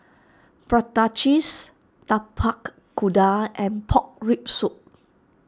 Prata Cheese Tapak Kuda and Pork Rib Soup